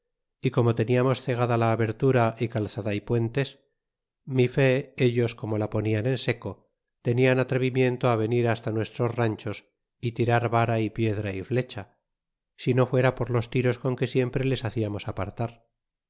y como teniamos cegada la abertura y calzada y puentes mi fe ellos como la ponian en seco tenian atrevimiento venir hasta nuestros ranchos y tirar vara y piedra y flecha si no fuera por los tiros con que siempre les haciamos apartar